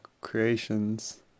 creations